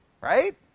right